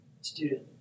student